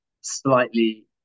slightly